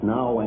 Now